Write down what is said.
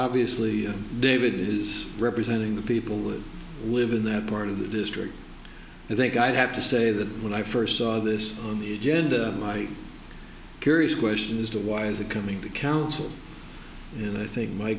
obviously david is representing the people that live in that part of the district i think i'd have to say that when i first saw this on the agenda my curious question as to why is it coming the council and i think my